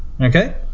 Okay